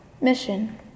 mission